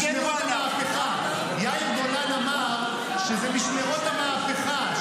יאיר גולן אמר שזה משמרות המהפכה,